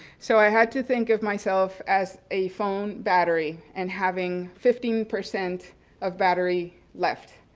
so i had to think of myself as a phone battery and having fifteen percent of battery left.